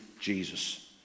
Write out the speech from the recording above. Jesus